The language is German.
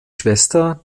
schwester